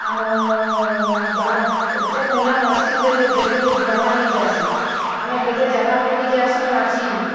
ଆମର୍ ଗାହକ୍ ଏତେ ବଢ଼ିଆ ନାଚସିଁ ଯେ ଲୋକ୍ ଦେଖି କରି ଦିୱାନା ହେଇଯାଏସନ୍ ଆମେ କେତେ ଜାଗାକେ ବି ଯାଏସୁଁ ନାଚି